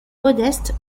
modeste